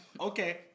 Okay